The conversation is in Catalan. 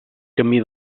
camí